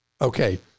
Okay